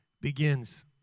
begins